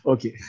Okay